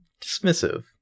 dismissive